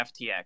FTX